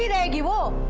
and you all